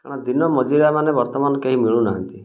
କାରଣ ଦିନ ମଜୁରିଆ ମାନେ ବର୍ତ୍ତମାନ କେହି ମିଳୁନାହାଁନ୍ତି